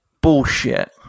Bullshit